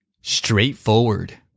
Straightforward